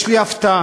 יש לי הפתעה: